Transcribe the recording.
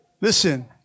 Listen